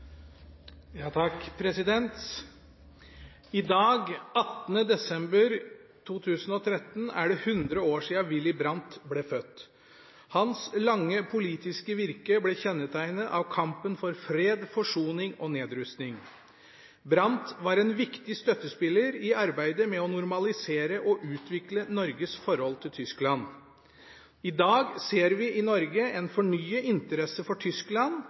desember 2013 er det 100 år siden Willy Brandt ble født. Hans lange politiske virke ble kjennetegnet av kampen for fred, forsoning og nedrustning. Brandt var en viktig støttespiller i arbeidet med å normalisere og utvikle Norges forhold til Tyskland. I dag ser vi i Norge en fornyet interesse for Tyskland,